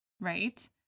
Right